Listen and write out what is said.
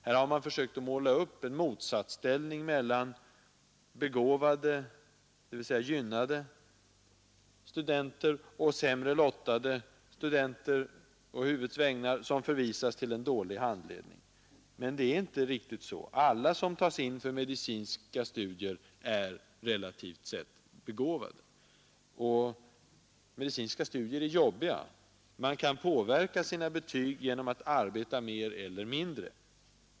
Man har här försökt att måla upp en motsatsställning mellan begåvade, dvs. gynnade studenter och — å huvudets vägnar — sämre lottade studenter som förvisas till en dålig handledning. Men det är inte riktigt så. Alla som tas in för medicinska studier är relativt sett begåvade. Men medicinska studier är jobbiga. Man kan påverka sina betyg genom att arbeta mer eller mindre.